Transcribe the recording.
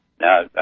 Now